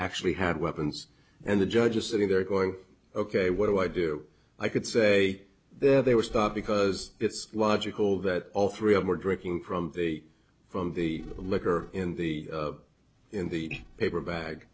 actually had weapons and the judge just sitting there going ok what do i do i could say that they were stopped because it's logical that all three of them are drinking from the from the liquor in the in the paper bag